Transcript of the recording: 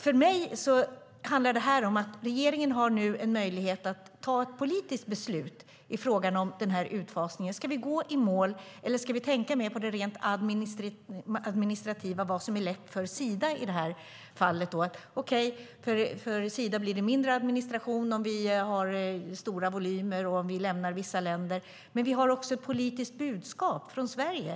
För mig handlar detta om att regeringen nu har en möjlighet att ta ett politiskt beslut i frågan om denna utfasning. Ska vi gå i mål, eller ska vi tänka mer på det rent administrativa och vad som är lätt för Sida i detta fall? Det blir mindre administration för Sida om vi har stora volymer och om vi lämnar vissa länder. Men vi har också ett politiskt budskap från Sverige.